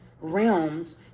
realms